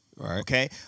Okay